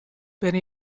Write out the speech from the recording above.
binne